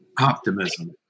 optimism